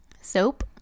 Soap